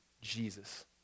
Jesus